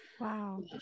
Wow